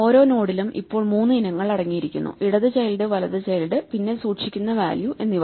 ഓരോ നോഡിലും ഇപ്പോൾ മൂന്ന് ഇനങ്ങൾ അടങ്ങിയിരിക്കുന്നു ഇടത് ചൈൽഡ് വലത് ചൈൽഡ് പിന്നെ സൂക്ഷിക്കുന്ന വാല്യൂ എന്നിവ